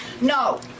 no